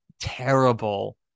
terrible